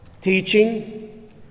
teaching